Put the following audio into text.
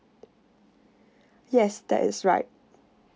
yes tha is right